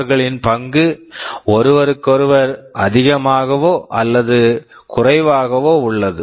அவர்களின் பங்கு ஒருவருக்கொருவர் அதிகமாகவோ அல்லது குறைவாகவோ உள்ளது